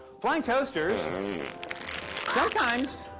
flying toasters sometimes,